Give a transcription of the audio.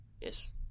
yes